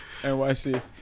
NYC